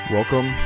Welcome